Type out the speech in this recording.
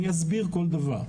אני אסביר כול דבר.